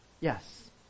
Yes